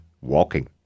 walking